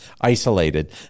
isolated